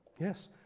Yes